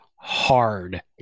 hard